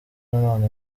nanone